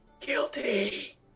Guilty